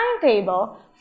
timetable